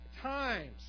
times